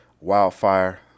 Wildfire